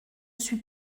suis